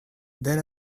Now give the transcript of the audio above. then